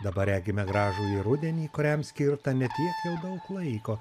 dabar regime gražųjį rudenį kuriam skirta ne tiek jau daug laiko